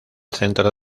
centro